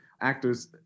actors